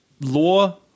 law